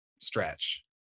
stretch